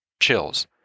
chills